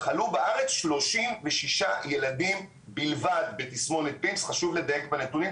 חלו בארץ 36 ילדים בלבד בתסמונת PIMS. חשוב לדייק בנתונים,